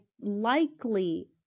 likely